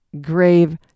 grave